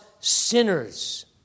Sinners